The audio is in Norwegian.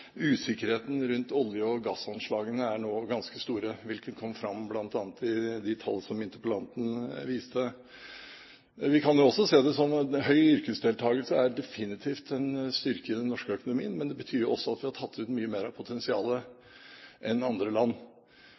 usikkerheten rundt olje- og gassanslagene er nå ganske store, hvilket kom fram bl.a. i de tall som interpellanten viste til. Vi kan også si det slik at høy yrkesdeltakelse definitivt er en styrke i den norske økonomien, men det betyr også at vi har tatt ut mye mer av potensialet enn andre land.